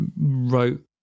wrote